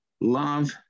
Love